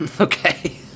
Okay